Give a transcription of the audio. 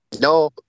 No